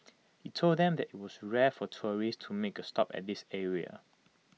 he told them that IT was rare for tourists to make A stop at this area